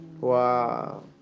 wow